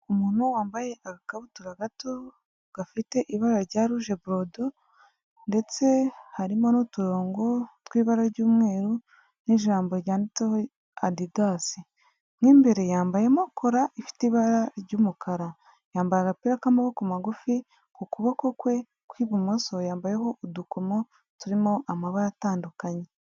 Umuntu wambaye agkabutura gato gafite ibara rya ruje borodo ndetse harimo n'uturongo tw'ibara ry'umweru n'ijambo ryanditseho adidasi. Mo imbere yambayemo kora ifite ibara ry'umukara, yambaye agapira k'amaboko magufi ku kuboko kwe kw'ibumoso yambayeho udukomo turimo amabara atandukanye.